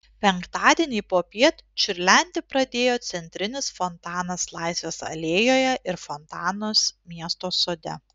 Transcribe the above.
penktadienį popiet čiurlenti pradėjo centrinis fontanas laisvės alėjoje ir fontanas miesto sode